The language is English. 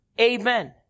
amen